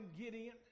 Gideon